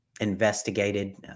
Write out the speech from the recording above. investigated